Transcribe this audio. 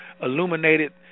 illuminated